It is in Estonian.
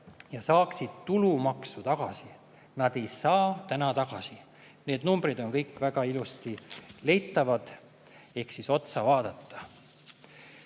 – saada tulumaksu tagasi. Nad ei saa täna tagasi. Need numbrid on kõik väga ilusti leitavad, neile saab otsa vaadata.